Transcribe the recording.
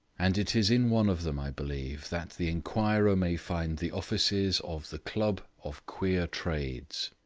and it is in one of them, i believe, that the inquirer may find the offices of the club of queer trades.